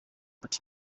party